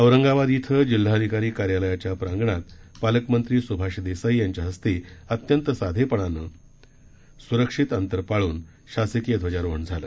औरंगाबाद इथं जिल्हाधिकारी कार्यालयाच्या प्रांगणात पालकमंत्री सुभाष देसाई यांच्या हस्ते अत्यंत साधेपणाने सोशल डिस्टन्सिंगचा नियम पाळून शासकीय ध्वजारोहण झालं